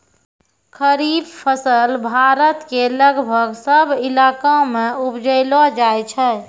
खरीफ फसल भारत के लगभग सब इलाका मॅ उपजैलो जाय छै